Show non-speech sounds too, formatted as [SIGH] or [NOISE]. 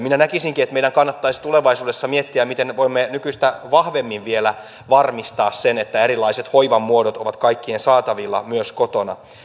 [UNINTELLIGIBLE] minä näkisinkin että meidän kannattaisi tulevaisuudessa miettiä miten me voimme nykyistä vahvemmin vielä varmistaa sen että erilaiset hoivamuodot ovat kaikkien saatavilla myös kotona